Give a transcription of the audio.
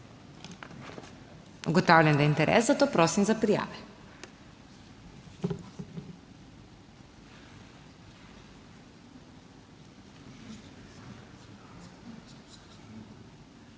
Ugotavljam, da je interes, zato prosim za prijave.